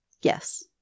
Yes